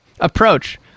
Approach